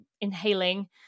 inhaling